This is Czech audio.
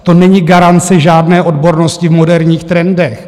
To není garance žádné odbornosti v moderních trendech.